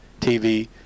TV